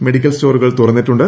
medical സ്റ്റോറുകൾ തുറന്നിട്ടുണ്ട്